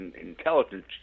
intelligence